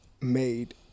made